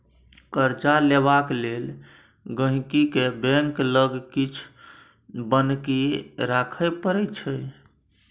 कर्जा लेबाक लेल गांहिकी केँ बैंक लग किछ बन्हकी राखय परै छै